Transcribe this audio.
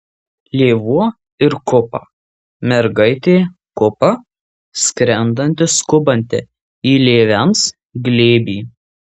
lėvuo ir kupa mergaitė kupa skrendanti skubanti į lėvens glėbį